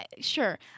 Sure